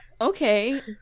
Okay